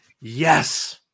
Yes